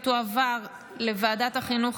לוועדת החינוך,